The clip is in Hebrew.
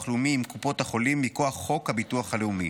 לאומי עם קופות החולים מכוח חוק הביטוח הלאומי.